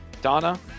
Donna